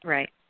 Right